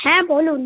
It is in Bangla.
হ্যাঁ বলুন